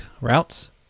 routes